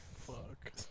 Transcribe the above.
Fuck